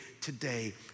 today